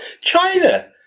China